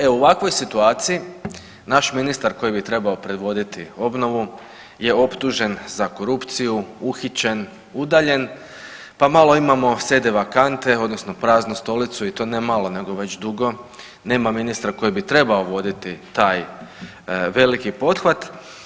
E u ovakvoj situaciji naš ministar koji bi trebao predvoditi obnovu je optužen za korupciju, uhićen, udaljen, na malo imamo sede vacante odnosno praznu stolicu i to ne malo nego već dugo, nema ministra koji bi trebao voditi taj veliki pothvat.